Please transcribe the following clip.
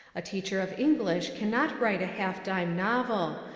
a teacher of english cannot write a half dime novel,